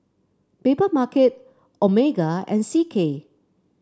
Papermarket Omega and C K